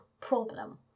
problem